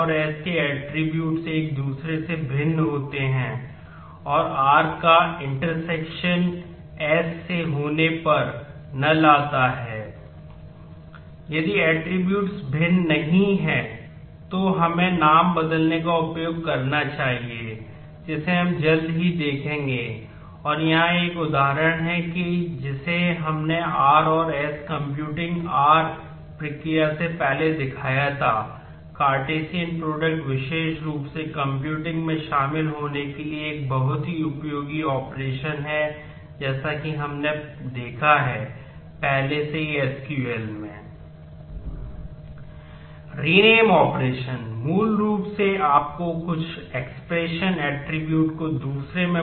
R ∩ S Φ यदि attributes में